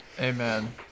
Amen